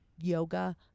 yoga